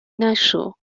نشو